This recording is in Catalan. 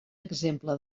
exemple